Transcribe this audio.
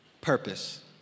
Purpose